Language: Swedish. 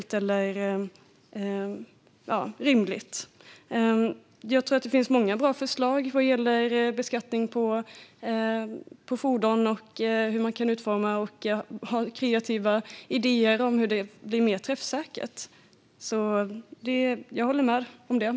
Jag håller med om att det kan finnas många bra förslag och kreativa idéer om hur man kan utforma beskattningen av fordon för att den ska bli mer träffsäker.